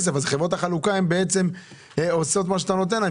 חברות החלוקה עושות מה שאתה אומר להן.